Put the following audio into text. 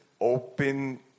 open